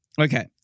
Okay